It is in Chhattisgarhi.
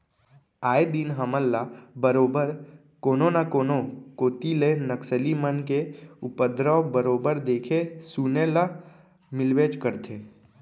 आए दिन हमन ल बरोबर कोनो न कोनो कोती ले नक्सली मन के उपदरव बरोबर देखे सुने ल मिलबेच करथे